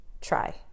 try